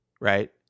Right